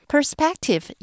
Perspective